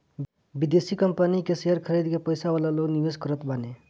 विदेशी कंपनी कअ शेयर खरीद के पईसा वाला लोग निवेश करत बाने